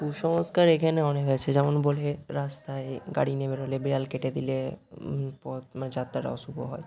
কুসংস্কার এখানে অনেক আছে যেমন বলি রাস্তায় গাড়ি নিয়ে বেরোলে বিড়াল কেটে দিলে পথ মানে যাত্রাটা অশুভ হয়